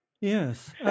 Yes